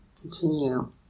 continue